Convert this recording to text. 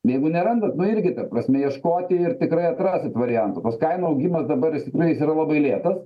jeigu nerandat nu irgi ta prasme ieškoti ir tikrai atrasit variantų tas kainų augimas dabar jis tikrai jis yra labai lėtas